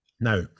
Now